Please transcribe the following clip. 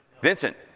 Vincent